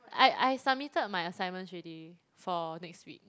I I submitted my assignments already for next week